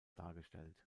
dargestellt